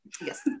Yes